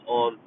on